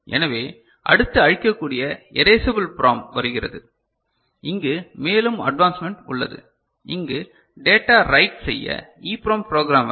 எனவே அடுத்து அழிக்கக்கூடிய எரேசபில் PROM வருகிறது இங்கு மேலும் அட்வான்ஸ்மெண்ட் உள்ளது அங்கு டேட்டா ரைட் செய்ய EPROM புரோகிராமர்